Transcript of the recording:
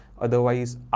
Otherwise